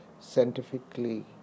scientifically